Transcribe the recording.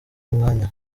umwanya